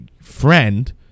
friend